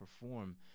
perform